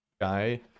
guy